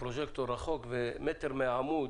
הפרוז'קטור רחוק ומטר מהעמוד.